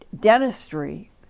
dentistry